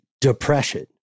depression